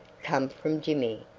come from jimmy,